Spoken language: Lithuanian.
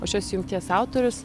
o šios jungties autorius